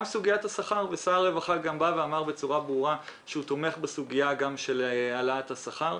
גם לגבי סוגיית השכר שר הרווחה אמר בצורה ברורה שהוא תומך בהעלאת השכר.